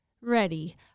ready